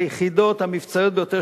היחידות המבצעיות ביותר,